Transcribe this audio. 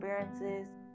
experiences